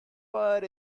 but